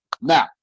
Now